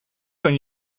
kan